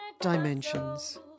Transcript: dimensions